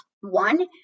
One